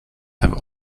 have